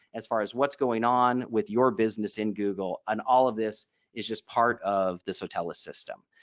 as far as what's going on with your business in google and all of this is just part of this sotellus system.